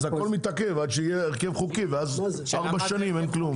אז הכול מתעכב עד שיהיה הרכב חוקי ואז ארבע שנים אין כלום.